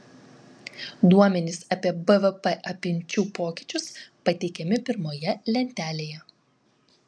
duomenys apie bvp apimčių pokyčius pateikiami pirmoje lentelėje